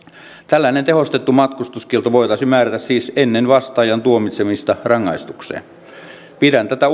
tällainen tehostettu matkustuskielto voitaisiin määrätä siis ennen vastaajan tuomitsemista rangaistukseen pidän tätä